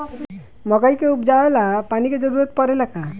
मकई के उपजाव ला पानी के जरूरत परेला का?